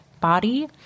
body